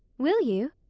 will you?